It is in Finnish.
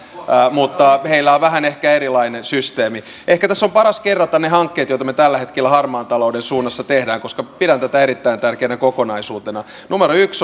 mutta heillä on ehkä vähän erilainen systeemi ehkä tässä on paras kerrata ne hankkeet joita me tällä hetkellä harmaan talouden suunnassa teemme koska pidän tätä erittäin tärkeänä kokonaisuutena numero yksi